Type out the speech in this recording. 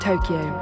Tokyo